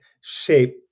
shape